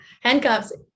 handcuffs